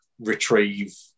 retrieve